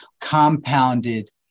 compounded